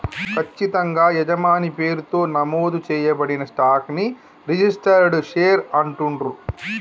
ఖచ్చితంగా యజమాని పేరుతో నమోదు చేయబడిన స్టాక్ ని రిజిస్టర్డ్ షేర్ అంటుండ్రు